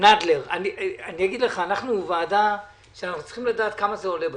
אנחנו ועדה שאנחנו צריכים לדעת כמה זה עולה בסוף.